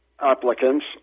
applicants